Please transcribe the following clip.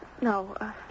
no